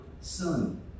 son